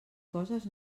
coses